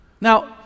Now